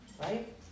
Right